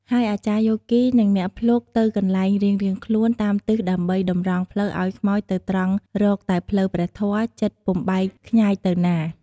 ហើយអាចារ្យយោគីនិងអ្នកភ្លុកទៅកន្លែងរៀងៗខ្លួនតាមទិសដើម្បីតម្រង់ផ្លូវឲ្យខ្មោចទៅត្រង់រកតែផ្លូវព្រះធម៌ ចិត្តពុំបែកខ្ញែកទៅណា។